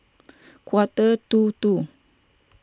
quarter to two